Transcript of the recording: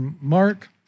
Mark